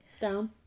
Down